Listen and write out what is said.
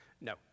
No